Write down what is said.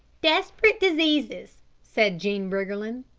desperate diseases, said jean briggerland,